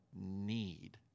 need